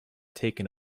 taken